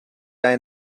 ein